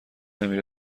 نمی